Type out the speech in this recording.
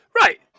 Right